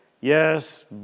yes